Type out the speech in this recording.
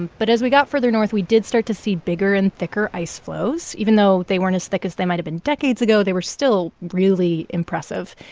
but as we got further north, we did start to see bigger and thicker ice floes. even though they weren't as thick as they might have been decades ago, they were still really impressive.